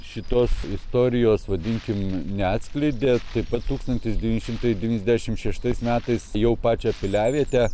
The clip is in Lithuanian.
šitos istorijos vadinkim neatskleidė taip pat tūkstantis devyni šimtai devyniasdešim šeštais metais jau pačią piliavietę